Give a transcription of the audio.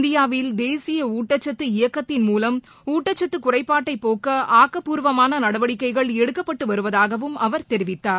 இந்தியாவில் தேசிய ஊட்டச்சத்து இயக்கத்தின் மூலம் ஊட்டச்சத்து குறைபாட்டை போக்க ஆக்கப்பூர்வமான நடவடிக்கைகள் எடுக்கப்பட்டு வருவதாகவும் அவர் தெரிவித்தார்